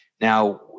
Now